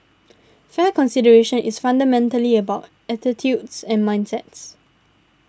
fair consideration is fundamentally about attitudes and mindsets